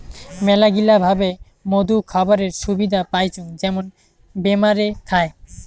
মেলাগিলা ভাবে মধু খাবারের সুবিধা পাইচুঙ যেমন বেমারে খায়